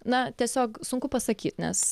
na tiesiog sunku pasakyt nes